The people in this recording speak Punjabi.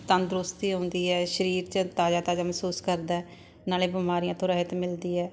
ਤੰਦਰੁਸਤੀ ਆਉਂਦੀ ਹੈ ਸਰੀਰ 'ਚ ਤਾਜ਼ਾ ਤਾਜ਼ਾ ਮਹਿਸੂਸ ਕਰਦਾ ਹੈ ਨਾਲ ਬਿਮਾਰੀਆਂ ਤੋਂ ਰਹਿਤ ਮਿਲਦੀ ਹੈ